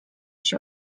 się